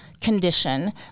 condition